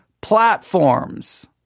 platforms